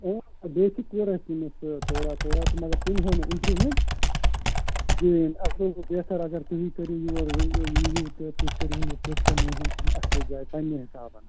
آ بیٚسِک کوٚر اَسہِ تٔمِس یہِ تھوڑا تھوڑا تہٕ مگر تٔمۍ ہٲو نہٕ اِمپرومینٛٹ کِہیٖنٛۍ اَسہِ دوٚپ بہتر اگر تُہی کٔرِو یور یُن یی ہیٖو تہٕ کٔرۍہوٗن یہِ نِی ہوٗن یہِ اصلی جایہِ پَنٕنہِ حسابہٕ